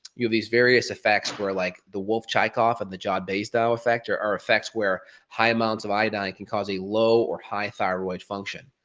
you've these various effects where like, the wolff-chaikoff of the jod-basedow effect, or or effects where high amounts of iodine can cause a low or high thyroid function.